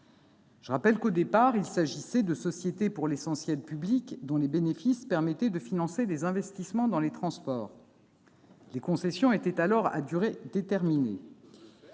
Je rappelle que ces sociétés étaient, au départ, pour l'essentiel publiques. Leurs bénéfices permettaient de financer les investissements dans les transports. Les concessions étaient alors à durée déterminée.